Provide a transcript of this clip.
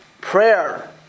prayer